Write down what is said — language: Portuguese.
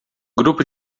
grupo